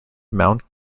mount